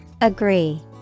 Agree